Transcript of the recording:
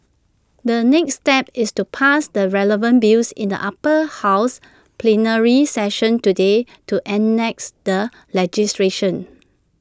the next step is to pass the relevant bills in the Upper House plenary session today to enacts the legislation